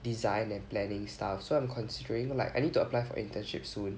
design and planning stuff so I'm considering like I need to apply for internship soon